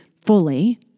fully